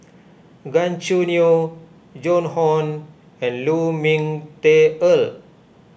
Gan Choo Neo Joan Hon and Lu Ming Teh Earl